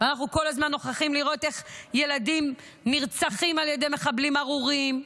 ואנחנו כל הזמן נוכחים לראות איך ילדים נרצחים על ידי מחבלים ארורים.